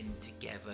together